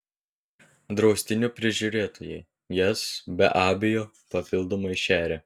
draustinio prižiūrėtojai jas be abejo papildomai šerią